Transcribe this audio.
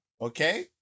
okay